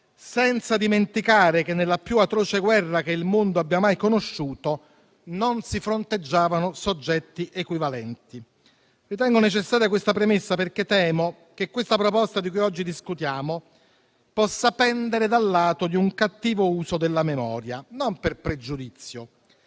senza dimenticare che, nella più atroce guerra che il mondo abbia mai conosciuto, non si fronteggiavano soggetti equivalenti. Ritengo necessaria questa premessa, perché temo che la proposta di cui oggi discutiamo possa pendere dal lato di un cattivo uso della memoria, non per pregiudizio,